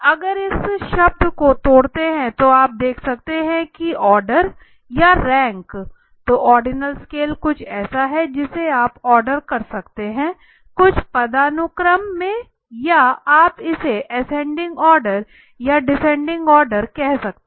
अगर इस शब्द को तोड़ते हैं तो आप देख सकते हैं कि आर्डर या रैंक तो ऑर्डिनल स्केल कुछ ऐसे है जिसे आप आर्डर कर सकते हैं कुछ पदानुक्रम में या आप इसे एसेंडिंग ऑर्डर या डिसेंडिंग ऑर्डर कह सकते हैं